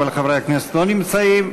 אבל חברי הכנסת לא נמצאים.